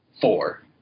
four